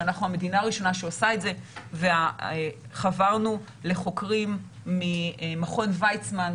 שאנחנו המדינה הראשונה שעושה את זה וחברנו לחוקרים ממכון ויצמן,